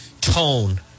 tone